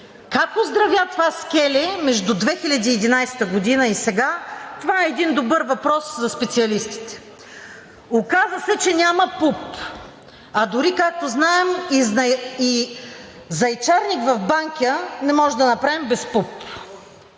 Как оздравя това скеле между 2011 г. и сега, това е един добър въпрос за специалистите. Оказа се, че няма ПУП, а дори, както знаем, и зайчарник в Банкя не можем да направим без ПУП.